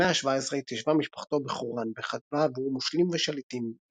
במאה השבע עשרה התיישבה משפחתו בחורן וכתבה עבור מושלים ושליטים,